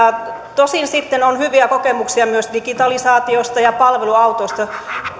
tosin sitten on hyviä kokemuksia myös digitalisaatiosta ja palveluautoista